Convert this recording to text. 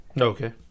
Okay